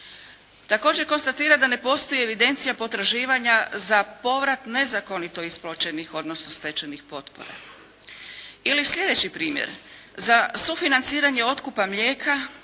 Također konstatira da ne postoji evidencija potraživanja za povrat nezakonito isplaćenih odnosno stečenih potpora. Ili sljedeći primjer. Za sufinanciranje otkupa mlijeka